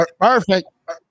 Perfect